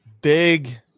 big